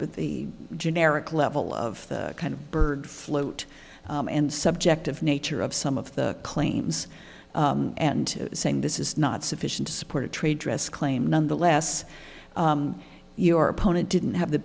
but the generic level of kind of bird float and subjective nature of some of the claims and saying this is not sufficient to support a trade dress claim nonetheless your opponent didn't have the